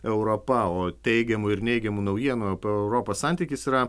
europa o teigiamų ir neigiamų naujienų apie europą santykis yra